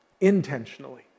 intentionally